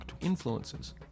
influences